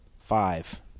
five